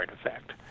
effect